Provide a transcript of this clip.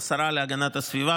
או שרה להגנת הסביבה,